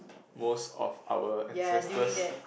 most of our ancestors